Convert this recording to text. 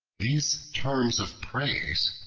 these terms of praise,